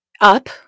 up